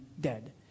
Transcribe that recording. dead